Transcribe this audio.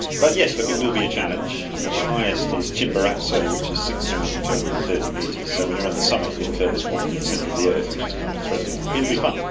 but yes, like it will be a challenge. the highest is chimborazo, so which is six thousand two hundred and thirty metres. so when you are on the summit you are the furthest point from the centre of the earth, which is kind of thrilling. it will be fun.